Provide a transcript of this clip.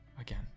again